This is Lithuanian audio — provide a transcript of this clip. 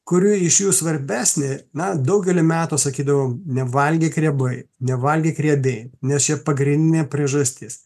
kuri iš jų svarbesnė na daugelį metų sakydavau nevalgyk riebai nevalgyk riebiai nes čia pagrindinė priežastis